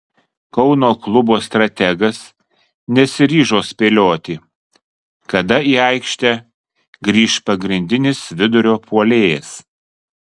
kauno klubo strategas nesiryžo spėlioti kada į aikštę grįš pagrindinis vidurio puolėjas